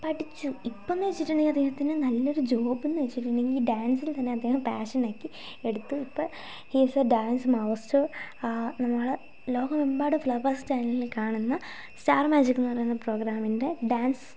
പഠിച്ചു ഇപ്പൊന്നു വെച്ചിട്ടുണ്ടെങ്കിൽ നല്ലൊരു ജോബ് എന്നുവെച്ചിട്ടുണ്ടെങ്കിൽ ഈ ഡാൻസിൽ തന്നെ അദ്ദേഹം പാഷൻ ആക്കി എടുത്തു ഇപ്പൊ he is a dance master നമ്മൾ ലോഹമെമ്പാടും ഫ്ലവർസ് ചാനലിൽ കാണുന്ന സ്റ്റാർ മാജിക് എന്നുപറയുന്ന പ്രോഗ്രാമിൻ്റെ ഡാൻസ്